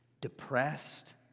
depressed